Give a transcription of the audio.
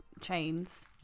chains